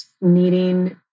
needing